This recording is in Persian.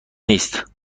نیست